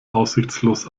aussichtslos